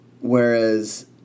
Whereas